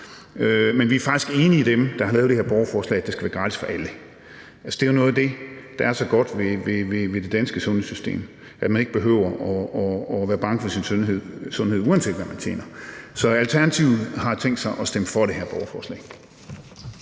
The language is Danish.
men vi er faktisk enige med dem, der har lavet det her borgerforslag, om, at det skal være gratis for alle. Noget af det, der er så godt ved det danske sundhedssystem, er, at man ikke behøver at være bange for sin sundhed, uanset hvad man tjener. Så Alternativet har tænkt sig at stemme for det her borgerforslag.